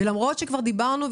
ולמרות שכבר דיברנו,